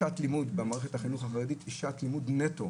שעת לימוד במערכת החינוך החרדית היא שעת לימוד נטו.